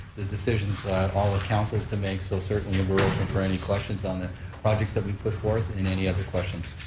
the decisions all are council's to make, so certainly we're open for any questions on the projects that we put forth and any other questions.